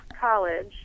college